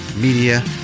Media